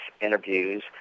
interviews